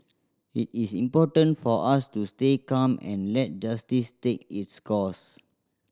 it is important for us to stay calm and let justice take its course